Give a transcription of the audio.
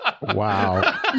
wow